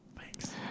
Thanks